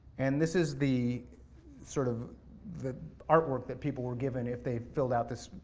and this is the sort of the artwork that people were given if they filled out this,